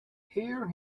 here